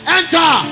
enter